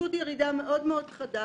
פשוט ירידה מאוד מאוד חדה.